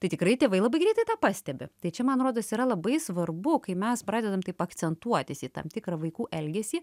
tai tikrai tėvai labai greitai tą pastebi tai čia man rodos yra labai svarbu kai mes pradedam taip akcentuotis į tam tikrą vaikų elgesį